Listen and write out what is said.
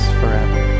forever